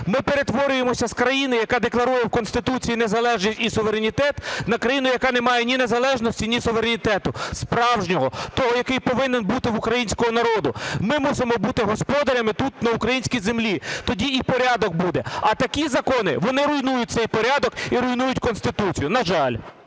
ми перетворюємося з країни, яка декларує в Конституції незалежність і суверенітет, на країну, яка не має ні незалежності, ні суверенітету справжнього, того, який повинен бути в українського народу. Ми мусимо бути господарями тут на українській землі, тоді і порядок буде. А такі закони вони руйнують цей порядок і руйнують Конституцію. На жаль.